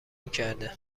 میکرده